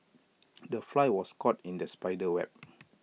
the fly was caught in the spider's web